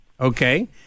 okay